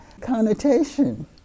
connotation